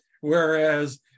whereas